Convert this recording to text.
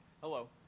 Hello